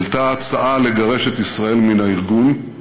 העלתה הצעה לגרש את ישראל מן הארגון.